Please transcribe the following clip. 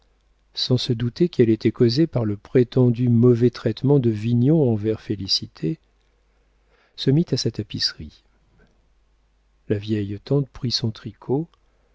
sans se douter qu'elle était causée par le prétendu mauvais traitement de vignon envers félicité se mit à sa tapisserie la vieille tante prit son tricot